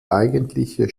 eigentliche